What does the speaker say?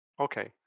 Okay